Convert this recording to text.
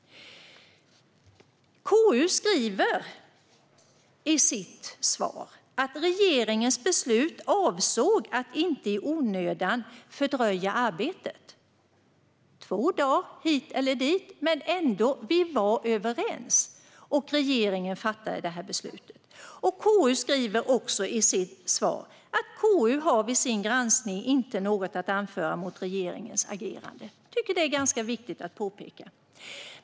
KU skriver i sitt svar att regeringen med sitt beslut avsåg att inte i onödan fördröja arbetet. Två dagar hit eller dit - men vi var ändå överens, och regeringen fattade det här beslutet. KU skriver också att utskottet inte har "något att anföra mot regeringens agerande". Jag tycker att det är ganska viktigt att påpeka.